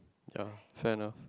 ya fair enough